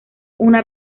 una